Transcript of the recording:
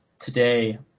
today